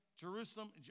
Jerusalem